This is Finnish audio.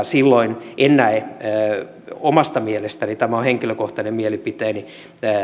silloin en näe omasta mielestäni tämä on henkilökohtainen mielipiteeni